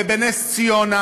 ובנס-ציונה,